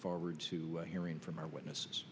forward to hearing from our witnesses